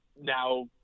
now